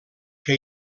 que